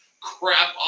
crap